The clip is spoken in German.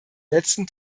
letzten